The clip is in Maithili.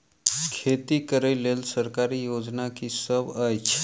खेती करै लेल सरकारी योजना की सब अछि?